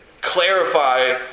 clarify